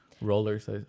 rollers